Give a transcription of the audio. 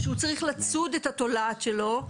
כשהוא צריך לצוד את התולעת שלו,